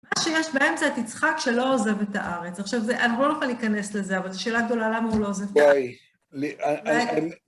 מה שיש בהם זה את יצחק שלא עוזב את הארץ. עכשיו זה, אנחנו לא נוכל להיכנס לזה, אבל זו שאלה גדולה למה הוא לא עוזב את הארץ.